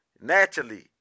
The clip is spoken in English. Naturally